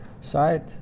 side